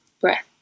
breath